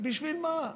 בשביל מה,